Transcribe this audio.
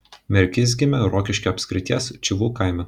merkys gimė rokiškio apskrities čivų kaime